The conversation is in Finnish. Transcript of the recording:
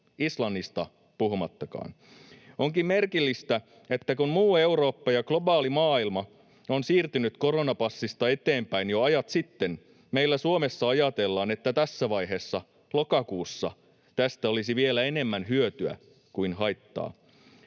Islannista puhumattakaan. Onkin merkillistä, että kun muu Eurooppa ja globaali maailma on siirtynyt koronapassista eteenpäin jo ajat sitten, meillä Suomessa ajatellaan, että vielä tässä vaiheessa, lokakuussa, tästä olisi enemmän hyötyä kuin haittaa.